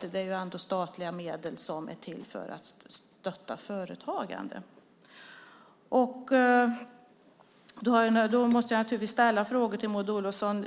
Det är ändå statliga medel som är till för att stödja företagande. Då måste jag naturligtvis ställa frågor till Maud Olofsson.